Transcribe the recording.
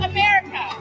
America